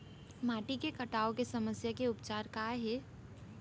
माटी के कटाव के समस्या के उपचार काय हे?